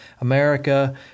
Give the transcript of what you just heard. America